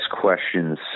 questions